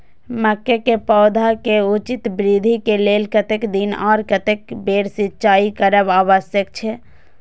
मके के पौधा के उचित वृद्धि के लेल कतेक दिन आर कतेक बेर सिंचाई करब आवश्यक छे?